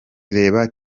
reba